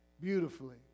beautifully